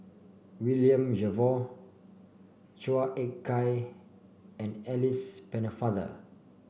William Jervois Chua Ek Kay and Alice Pennefather